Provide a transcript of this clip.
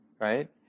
right